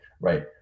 right